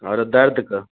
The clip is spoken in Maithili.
आरो दर्दके